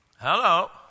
Hello